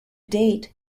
date